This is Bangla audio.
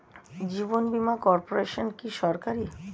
জীবন বীমা কর্পোরেশন কি সরকারি?